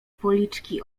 policzki